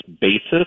basis